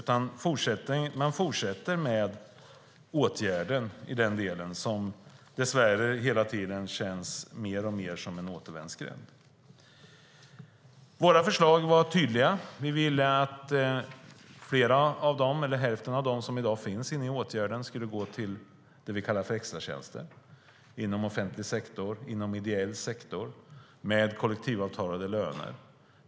Man fortsätter med åtgärden i denna del, som dess värre hela tiden känns alltmer som en återvändsgränd. Våra förslag var tydliga. Vi ville att hälften av dem som i dag finns inne i åtgärden skulle gå till det som vi kallar för extratjänster inom offentlig sektor och ideell sektor med kollektivavtalade löner.